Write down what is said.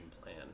plan